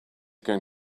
going